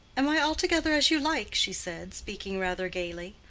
am i altogether as you like? she said, speaking rather gaily.